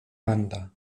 banda